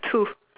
two